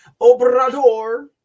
Obrador